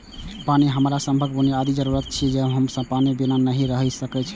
पानि हमरा सभक बुनियादी जरूरत छियै आ हम सब पानि बिना नहि रहि सकै छी